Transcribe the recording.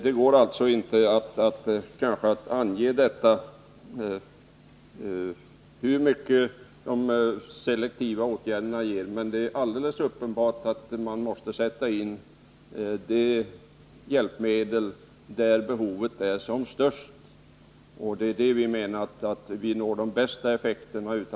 Det går kanske inte att ange hur mycket de selektiva åtgärderna ger, men det är alldeles uppenbart att man måste sätta in hjälpmedlen där behoven är som störst. På det sättet anser vi att vi når de bästa effekterna.